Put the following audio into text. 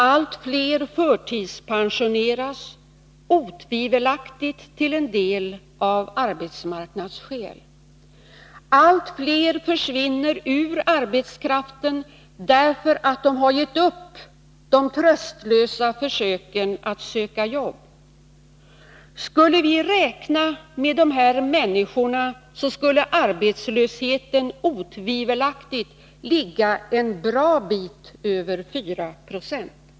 Allt fler förtidspensioneras, otvivelaktigt till en del av arbetsmarknadsskäl. Allt fler försvinner ur arbetskraften, därför att de har gett upp de tröstlösa försöken att söka jobb. Skulle vi räkna med dessa människor, skulle arbetslösheten otvivelaktigt ligga en bra bit över 4 96.